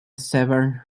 severn